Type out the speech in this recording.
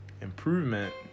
improvement